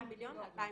4 מיליון ל-2019.